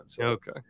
Okay